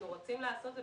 אנחנו רוצים לעשות את זה.